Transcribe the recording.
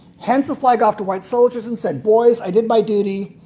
hands the flag off to white soldiers and says, boys, i did my duty.